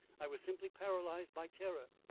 i was simply paralysed by terror.